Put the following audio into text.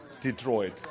Detroit